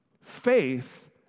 Faith